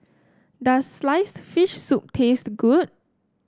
does sliced fish soup taste good